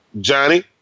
Johnny